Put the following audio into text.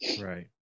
right